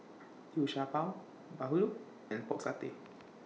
Liu Sha Bao Bahulu and Pork Satay